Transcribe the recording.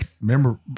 remember